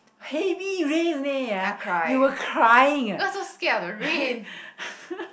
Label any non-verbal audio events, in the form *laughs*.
heavy rain ah you were crying ah *laughs*